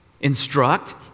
instruct